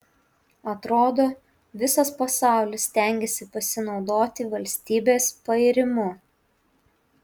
atrodo visas pasaulis stengiasi pasinaudoti valstybės pairimu